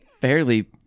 fairly